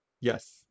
Yes